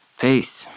peace